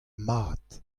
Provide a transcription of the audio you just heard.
mat